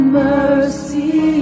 mercy